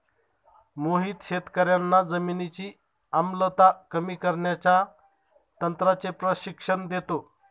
मोहित शेतकर्यांना जमिनीची आम्लता कमी करण्याच्या तंत्राचे प्रशिक्षण देतो